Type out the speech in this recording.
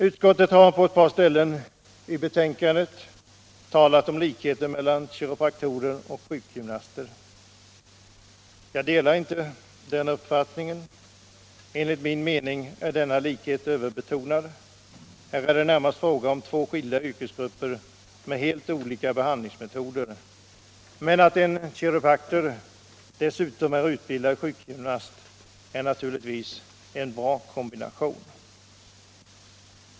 Utskottet har på ett par ställen i betänkandet talat om likheten mellan kiropraktorer och sjukgymnaster. Jag delar inte den uppfattningen. Enligt min mening är denna likhet överbetonad. Här är det närmast fråga om två skilda yrkesgrupper med helt olika behandlingsmetoder. Men att en kiropraktor dessutom är utbildad sjukgymnast är naturligtvis en bra kombination.